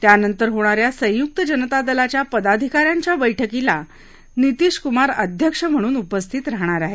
त्यानंतर होणा या संयुक्त जनता दलाच्या पदाधिका यांच्या बैठकीला नितीश कुमार अध्यक्ष म्हणून उपस्थित राहणार आहेत